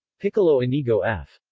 piccolo inigo f.